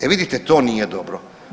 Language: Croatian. E vidite, to nije dobro.